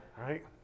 right